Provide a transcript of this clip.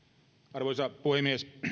arvoisa puhemies